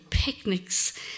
Picnics